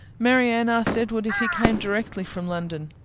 marianne asked edward if he came directly from london.